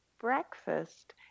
breakfast